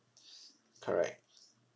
correct